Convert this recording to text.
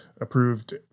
approved